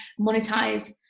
monetize